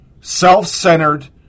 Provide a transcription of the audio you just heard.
Self-centered